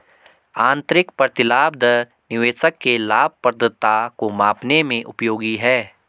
आंतरिक प्रतिलाभ दर निवेशक के लाभप्रदता को मापने में उपयोगी है